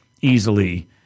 easily